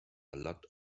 lot